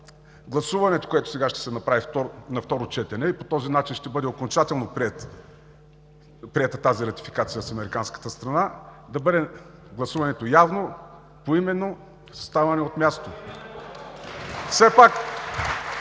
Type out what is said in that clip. гласуването, което сега ще се направи на второ четене и по този начин ще бъде окончателно приета тази ратификация с американската страна, да бъде явно, поименно, със ставане от място.